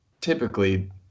typically